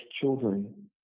children